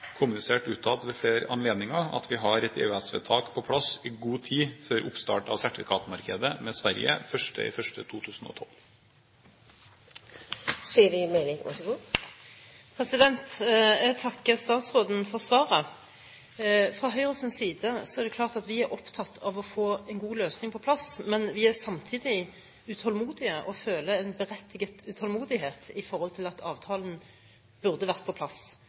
kommunisert utad ved flere anledninger, at vi har et EØS-vedtak på plass i god tid før oppstart av sertifikatmarkedet med Sverige 1. desember 2012. Jeg takker statsråden for svaret. Fra Høyres side er vi opptatt av å få en god løsning på plass, men vi føler samtidig en berettiget utålmodighet i forhold til at avtalen burde vært på plass